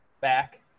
back